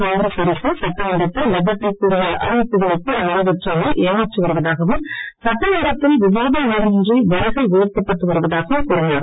காங்கிரஸ் அரசு சட்டமன்றத்தில் பட்ஜெட்டில் கூறிய அறிவிப்புகளைக் கூட நிறைவேற்றாமல் ஏமாற்றி வருவதாகவும் சட்டமன்றத்தில் விவாதம் ஏதுமின்றி வரிகள் உயர்த்தப்பட்டு வருவதாகவும் கூறினார்